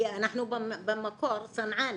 כי אנחנו במקור צנענים,